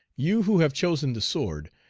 you who have chosen the sword,